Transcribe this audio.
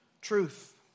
truth